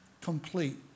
complete